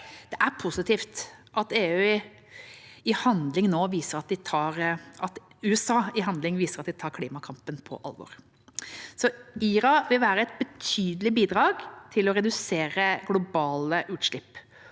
Det er positivt at USA i handling nå viser at de tar klimakampen på alvor. IRA vil være et betydelig bidrag til å redusere globale utslipp,